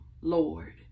Lord